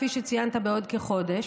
כפי שציינת, בעוד כחודש.